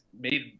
made